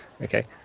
okay